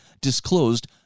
disclosed